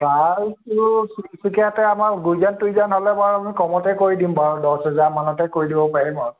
প্ৰাইচটো তিনিচুকীয়াতে হ'লে বাৰু গুঁইজান তুইজান হ'লে বাৰু কমতে কৰি দিম বাৰু দহ হেজাৰ মানতে কৰি দিব পাৰিম